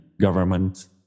government